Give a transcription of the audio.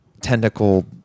tentacle